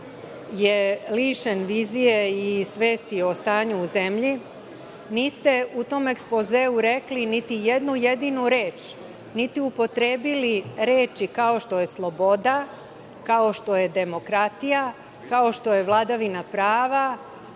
je lišen vizije i svesti o stanju u zemlji. Niste u tom ekspozeu rekli niti jednu jedinu reč, niti upotrebili reči kao što je sloboda, kao što je demokratija, kao što je vladavina prava,